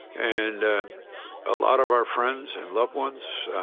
and a lot of our friends and loved ones,